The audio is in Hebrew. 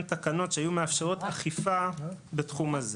תקנות שהיו מאפשרות אכיפה בתחום הזה.